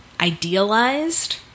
idealized